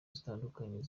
zitandukanye